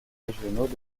régionaux